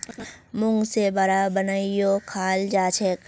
मूंग से वड़ा बनएयों खाल जाछेक